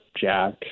Jack